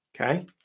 okay